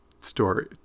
story